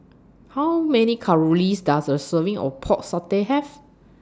How Many Calories Does A Serving of Pork Satay Have